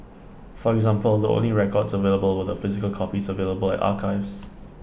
for example the only records available were the physical copies available at archives